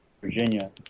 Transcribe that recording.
Virginia